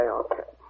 okay